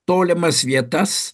tolimas vietas